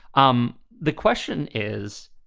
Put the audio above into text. um the question is,